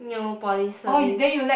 nail polish service